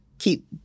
keep